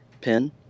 pin